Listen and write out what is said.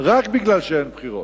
רק משום שאין בחירות.